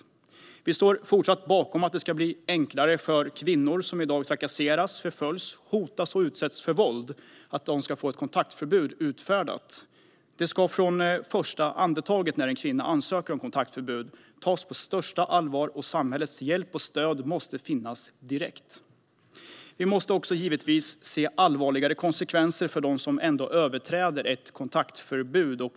Sverigedemokraterna står fortfarande bakom att det ska bli enklare för kvinnor som i dag trakasseras, förföljs, hotas och utsätts för våld att få kontaktförbud utfärdade. Från första andetaget när en kvinna ansöker om kontaktförbud ska ärendet tas på största allvar, och samhällets hjälp och stöd måste finnas direkt. Det måste givetvis bli allvarligare konsekvenser för dem som ändå överträder ett kontaktförbud.